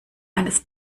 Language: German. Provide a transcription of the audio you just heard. eines